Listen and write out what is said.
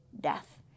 death